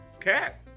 Cat